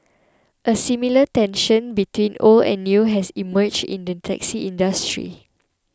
a similar tension between old and new has emerged in the taxi industry